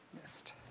missed